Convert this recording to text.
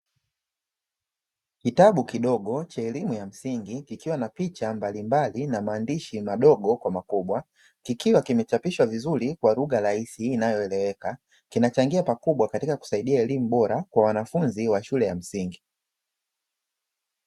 Kitabu kidogo cha elimu ya msingi kikiwa na picha mbalimbali na maandishi madogo kwa makubwa, kikiwa kimechapishwa vizuri kwa lugha rahisi inayoeleweka, kinachangia pakubwa katika kusaidia elimu bora kwa wanafunzi wa shule ya msingi.